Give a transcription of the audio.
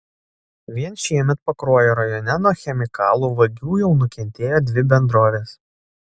vien šiemet pakruojo rajone nuo chemikalų vagių jau nukentėjo dvi bendrovės